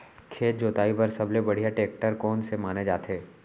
खेत जोताई बर सबले बढ़िया टेकटर कोन से माने जाथे?